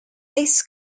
this